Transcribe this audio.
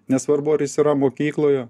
nesvarbu ar jis yra mokykloje